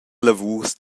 lavurs